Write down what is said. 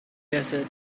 desert